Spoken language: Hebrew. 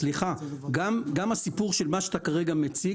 גם הסיפור של מה שאתה כרגע מציג,